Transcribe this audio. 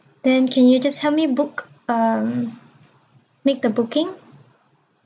then can you just help me book um make the booking